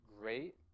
great